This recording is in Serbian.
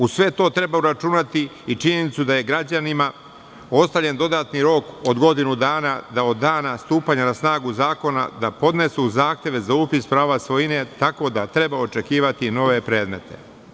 U sve to treba uračunati i činjenicu da je građanima ostavljen dodatni rok od godinu dana, da od dana stupanja na snagu Zakona, da podnesu zahteve za upis prava svojine, tako da treba očekivati nove predmete.